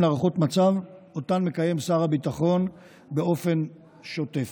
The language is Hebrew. להערכות מצב שמקיים שר הביטחון באופן שוטף.